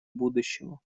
будущего